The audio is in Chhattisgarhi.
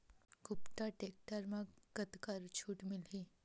कुबटा टेक्टर म कतका छूट मिलही?